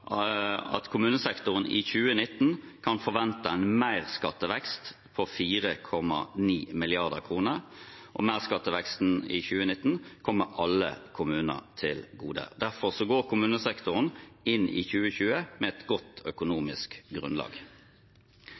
2019 kan forvente en merskattevekst på 4,9 mrd. kr. Merskatteveksten i 2019 kommer alle kommuner til gode. Derfor går kommunesektoren inn i 2020 med et godt økonomisk grunnlag.